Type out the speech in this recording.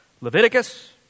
Leviticus